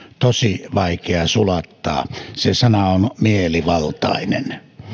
tosi vaikea sulattaa se sana on mielivaltainen